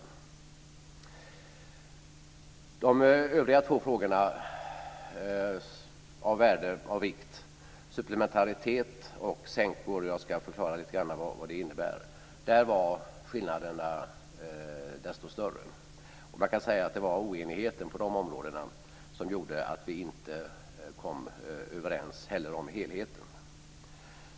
I de övriga två frågorna av vikt, supplementaritet och s.k. sänkor - jag ska förklara lite grann vad det innebär - var skillnaderna desto större. Man kan säga att det var oenigheten på de områdena som gjorde att vi inte heller kom överens om helheten.